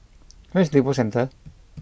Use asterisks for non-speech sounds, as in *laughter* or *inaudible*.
*noise* where is Lippo Centre